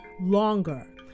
longer